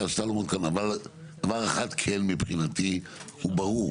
דבר אחד מבחינתי הוא ברור: